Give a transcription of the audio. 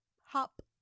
hop